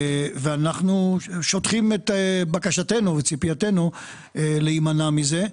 ואנחנו שוטחים את בקשתנו וציפייתנו להימנע מזה.